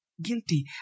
guilty